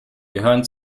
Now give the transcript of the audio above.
gehören